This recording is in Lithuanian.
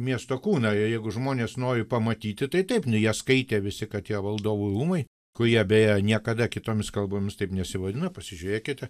miesto kūną jeigu žmonės nori pamatyti tai taip jie skaitė visi kad tie valdovų rūmai kurie beje niekada kitomis kalbomis taip nesivadina pasižiūrėkit